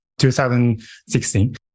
2016